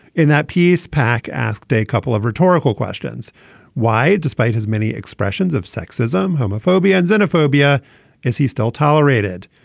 in that piece pack asked a couple of rhetorical questions why. despite his many expressions of sexism homophobia and xenophobia is he still tolerated.